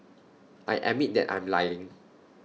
I admit that I am lying